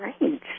range